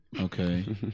Okay